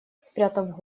спрятав